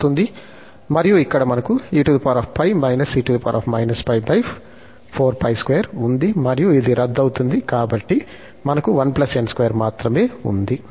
మరియు ఇక్కడ మనకు ఉంది మరియు ఇది రద్దు అవుతుంది కాబట్టి మనకు 1 n2 మాత్రమే ఉంది